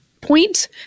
point